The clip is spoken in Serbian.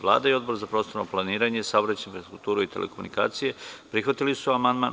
Vlada i Odbor za prostorno planiranje, saobraćaj, infrastrukturu i telekomunikacije prihvatili su amandman.